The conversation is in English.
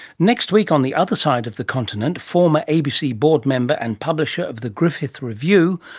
next week, on the other side of the continent, former abc board member, and publisher of the griffith review,